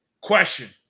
Question